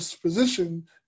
position